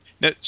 Now